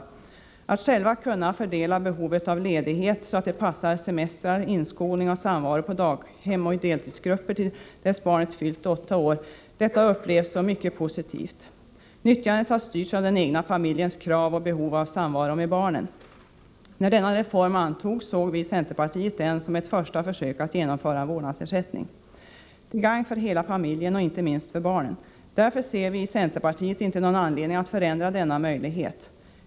Det gäller att själv kunna fördela behovet av ledighet så att det passar semestrar, inskolning och samvaro på daghem och i deltidsgrupper till dess barnet fyllt åtta år. Detta har upplevts som mycket positivt. Nyttjandet har styrts av den egna familjens krav och behov av samvaro med barnen. När denna reform antogs såg vi i centerpar tiet den som ett första försök att genomföra en vårdersättning, till gagn för hela familjen och inte minst för barnen. Därför ser vi i centerpartiet inte någon anledning att förändra denna möjlighet.